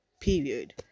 period